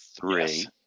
three